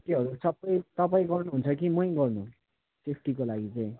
त्योहरू सबै तपाईँ गर्नुहुन्छ कि मै गर्नु सेफ्टीको लागि चाहिँ